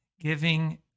giving